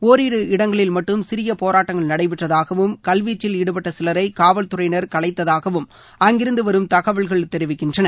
ஒரிரு இடங்களில் மட்டும் சிறிய போராட்டங்கள் நடைபெற்றதாகவும் கல்வீச்சில் ஈடுபட்ட சிலரை காவல்துறையினர் கலைத்ததாகவும் அங்கிருந்து வரும் தகவல்கள் தெரிவிக்கின்றன